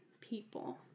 people